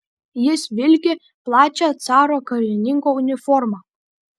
jis vilki plačia caro karininko uniforma